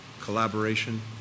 collaboration